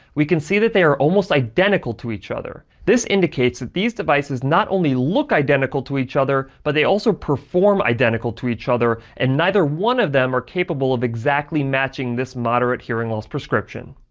we can see that they are almost identical to each other. this indicates that these devices not only look identical to each other, but they also perform identical to each other, and neither one of them are capable of exactly matching this moderate hearing loss prescription.